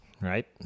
Right